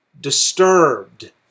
disturbed